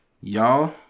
Y'all